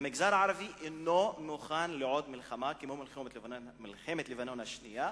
המגזר הערבי אינו מוכן לעוד מלחמה כמו מלחמת לבנון השנייה.